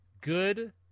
good